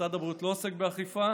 משרד הבריאות לא עוסק באכיפה,